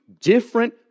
different